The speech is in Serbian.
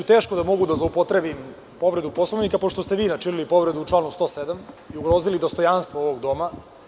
Teško da mogu da zloupotrebim povredu Poslovnika, pošto ste vi načinili povredu u članu 107. i ugrozili dostojanstvo ovog doma.